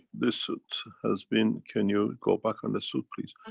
this suit has been. can you go back on the suit please?